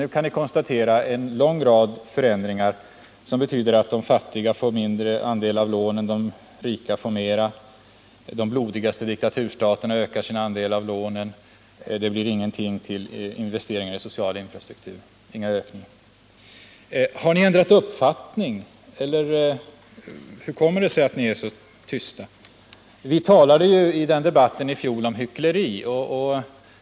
Nu kan ni konstatera en mängd förändringar som betyder att de fattiga får mindre andel av lånen medan de rika får mera, att de blodigaste diktaturerna ökar sin andel medan det inte blir någon ökning till investeringar i social infrastruktur. Har ni ändrat uppfattning, eller hur kommer det sig att ni är så tysta? Vi talade i debatten i fjol om hyckleri.